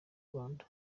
rwanda